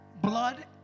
Blood